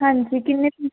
ਹਾਂਜੀ ਕਿੰਨੇ